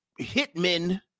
hitmen